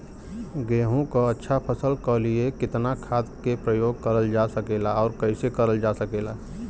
गेहूँक अच्छा फसल क लिए कितना खाद के प्रयोग करल जा सकेला और कैसे करल जा सकेला?